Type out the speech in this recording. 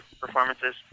performances